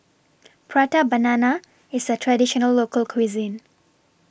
Prata Banana IS A Traditional Local Cuisine